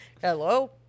Hello